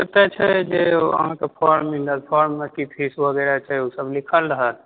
से तऽ छै अहाँके फ़ॉर्म मिलत फ़ॉर्म मे की फीस वगैरह छै ओ सब लिखल रहत